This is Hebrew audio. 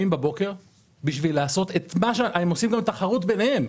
הם עושים גם תחרות ביניהם,